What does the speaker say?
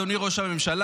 אדוני ראש הממשלה,